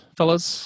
fellas